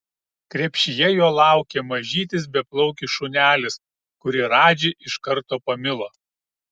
krepšyje jo laukė mažytis beplaukis šunelis kurį radži iš karto pamilo